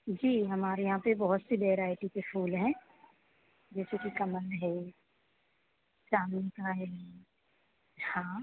जी हमारे यहाँ पर बहुत सी वेरायटी के फूल हैं जैसे की कमल है चाँदनी का है हाँ